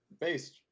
based